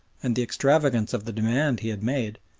and the extravagance of the demand he had made,